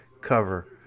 cover